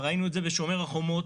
וראינו את זה בשומר החומות,